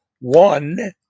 One